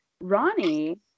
Ronnie